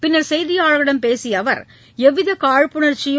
பின்னர் செய்தியாளர்களிடம் பேசிய அவர் எவ்வித காழ்ப்புணர்ச்சியும்